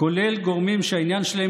מה זה פיוס, יש לך ממשלת שינוי.